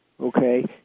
Okay